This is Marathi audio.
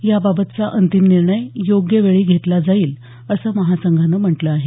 याबाबतचा अंतिम निर्णय योग्य वेळी घेतला जाईल असं महासंघानं म्हटलं आहे